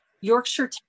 Yorkshire